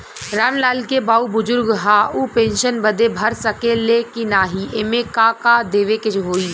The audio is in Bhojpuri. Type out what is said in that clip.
राम लाल के बाऊ बुजुर्ग ह ऊ पेंशन बदे भर सके ले की नाही एमे का का देवे के होई?